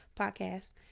podcast